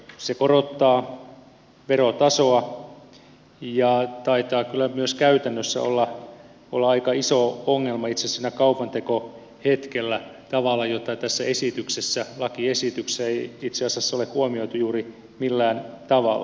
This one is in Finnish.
se korottaa verotasoa ja taitaa kyllä myös käytännössä olla aika iso ongelma itse asiassa siinä kaupantekohetkellä tavalla jota tässä lakiesityksessä ei itse asiassa ole huomioitu juuri millään tavalla